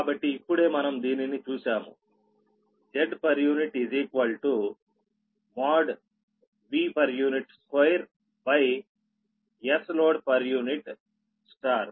కాబట్టి ఇప్పుడే మనం దీనిని చూసాము Zpu Vpu2Sload ఇది సమీకరణం 15